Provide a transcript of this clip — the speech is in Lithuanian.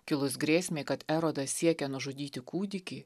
kilus grėsmei kad erodas siekia nužudyti kūdikį